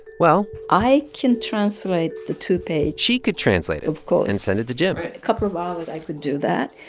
well. i can translate the two page. she could translate it. of course. and send it to jim a couple of hours, i could do that.